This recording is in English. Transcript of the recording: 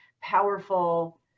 powerful